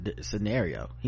scenario